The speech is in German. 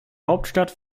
hauptstadt